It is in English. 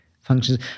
functions